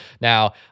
Now